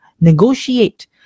negotiate